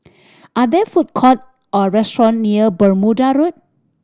are there food court or restaurant near Bermuda Road